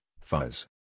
fuzz